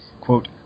quote